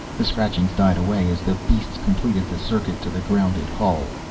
the scratchings died away as the beasts completed the circuit to the grounded hull.